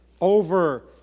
over